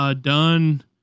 done